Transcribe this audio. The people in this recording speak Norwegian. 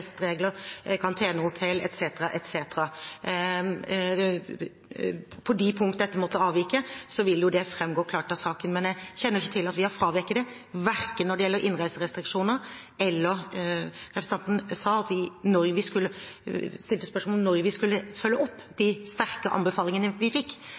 På de punkter dette måtte avvike, vil det framgå klart av saken, men jeg kjenner ikke til at vi har fraveket det, verken når det gjelder innreiserestriksjoner eller annet. Representanten stilte spørsmål om når vi skulle følge opp de sterke anbefalingene vi fikk, og de har vi